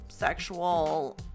sexual